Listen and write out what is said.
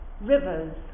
rivers